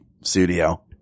studio